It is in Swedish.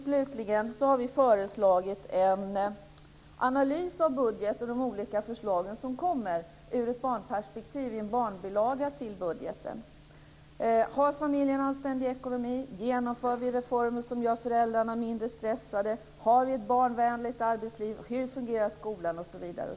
Slutligen: Vi har föreslagit en analys av budgeten och de olika förslag som kommer; detta ur ett barnperspektiv och i en barnbilaga till budgeten. Har familjerna en anständig ekonomi? Genomför vi reformer som gör föräldrarna mindre stressade? Har vi ett barnvänligt arbetsliv? Hur fungerar skolan osv.?